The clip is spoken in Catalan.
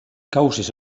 causes